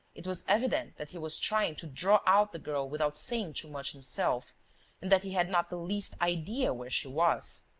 it was evident that he was trying to draw out the girl without saying too much himself and that he had not the least idea where she was.